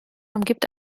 umgibt